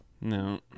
No